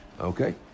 okay